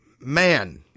man